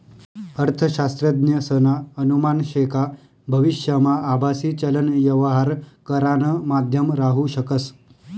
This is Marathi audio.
अर्थशास्त्रज्ञसना अनुमान शे का भविष्यमा आभासी चलन यवहार करानं माध्यम राहू शकस